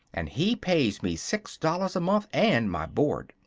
and he pays me six dollars a month and my board.